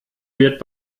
wird